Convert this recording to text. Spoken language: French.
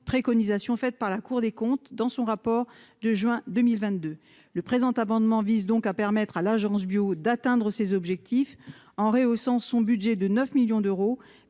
préconisations faites par la Cour des comptes dans son rapport de juin 2022 le présent amendement vise donc à permettre à l'Agence Bio d'atteindre ses objectifs en rehaussant son budget de 9 millions d'euros